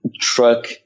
truck